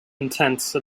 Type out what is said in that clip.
intense